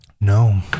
No